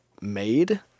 made